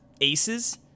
Aces